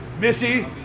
Missy